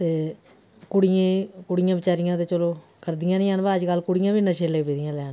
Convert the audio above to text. ते कुड़ियें कुड़ियां बचारियां ता चलो करदियां नेईं हैन पर अजकल कुडियां बी नशे लगी पेदियां न लैन